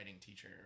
teacher